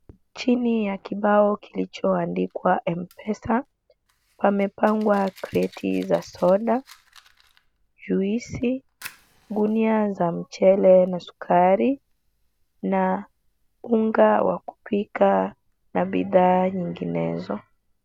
Chini ya kibao kilicho andikwa mpesa, pamepangwa kreti za soda, juisi , gunia za mchele na sukari na unga wa kupika na bidhaa nyinginezo.